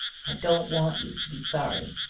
i don't want you to be sorry.